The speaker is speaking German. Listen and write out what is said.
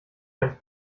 ganz